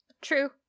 true